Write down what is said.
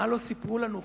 מה לא סיפרו לנו?